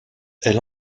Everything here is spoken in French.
elle